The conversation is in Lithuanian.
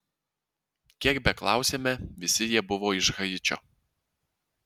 kiek beklausėme visi jie buvo iš haičio